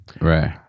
Right